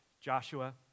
Joshua